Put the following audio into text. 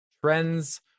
trends